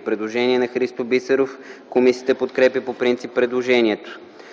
предложението. Предложение на Спас Панчев. Комисията подкрепя по принцип предложението.